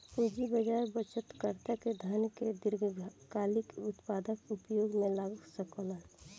पूंजी बाजार बचतकर्ता के धन के दीर्घकालिक उत्पादक उपयोग में लगा सकेलन